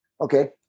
okay